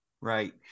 right